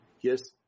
yes